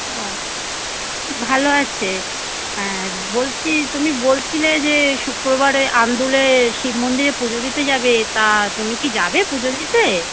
ও ভালো আছে হ্যাঁ বলছি তুমি বলছিলে যে শুক্রবারে আন্দুলে শিব মন্দিরে পুজো দিতে যাবে তা তুমি কি যাবে পুজো দিতে